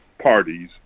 parties